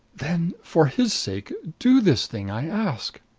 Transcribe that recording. then, for his sake do this thing i ask.